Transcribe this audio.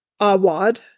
Awad